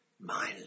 My